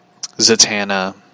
Zatanna